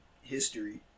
history